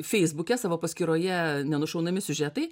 feisbuke savo paskyroje nenušaunami siužetai